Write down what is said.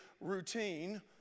routine